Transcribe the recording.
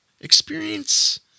experience